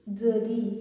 झरी